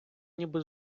ніби